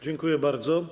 Dziękuję bardzo.